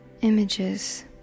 images